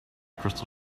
crystal